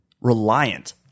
reliant